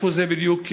איפה זה בדיוק עומד,